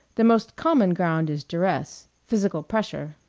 the most common ground is duress physical pressure.